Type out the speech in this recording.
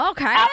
Okay